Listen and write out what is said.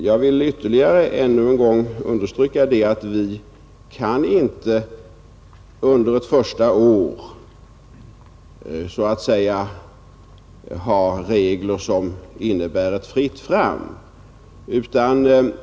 Jag vill ännu en gång understryka att vi inte kan under första året ha regler som så att säga innebär ett fritt fram.